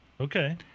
Okay